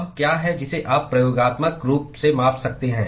वह क्या है जिसे आप प्रयोगात्मक रूप से माप सकते हैं